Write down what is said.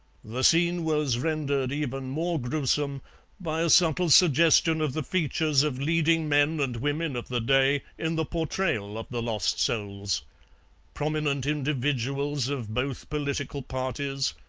the scene was rendered even more gruesome by a subtle suggestion of the features of leading men and women of the day in the portrayal of the lost souls prominent individuals of both political parties,